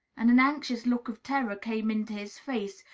and an anxious look of terror came into his face,